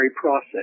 process